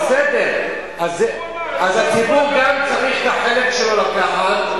בסדר, אז הציבור גם צריך את החלק שלו לקחת.